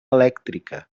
elèctrica